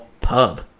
pub